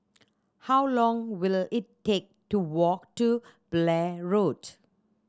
how long will it take to walk to Blair Road